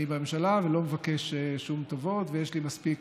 אני בממשלה ולא מבקש שום טובות ויש לי מספיק